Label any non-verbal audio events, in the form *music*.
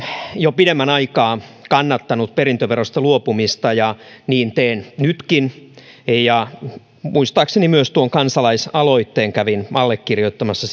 jo pidemmän aikaa kannattanut perintöverosta luopumista ja niin teen nytkin muistaakseni myös tuon kansalaisaloitteen kävin allekirjoittamassa *unintelligible*